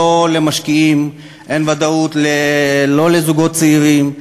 לא למשקיעים, לא לזוגות צעירים.